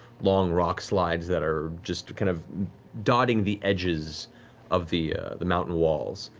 long rockslides that are just kind of dotting the edges of the the mountain walls.